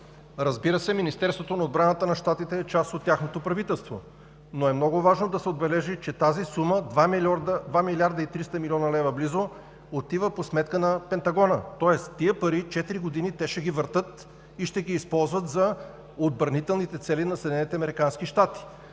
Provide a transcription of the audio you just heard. Разбира се, Министерството на отбраната на Щатите е част от тяхното правителство, но е много важно да се отбележи, че тази сума – 2 млрд. 300 млн. лв. близо, отиват по сметка на Пентагона. Тоест тези пари четири години те ще ги въртят и ще ги използват за отбранителните цели на